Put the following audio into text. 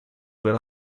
aver